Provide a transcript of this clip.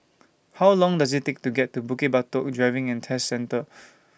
How Long Does IT Take to get to Bukit Batok Driving and Test Centre